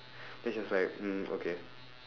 then she's like hmm okay